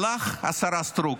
אבל לך, השרה סטרוק,